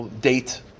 Date